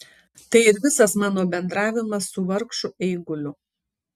tai ir visas mano bendravimas su vargšu eiguliu